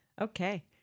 Okay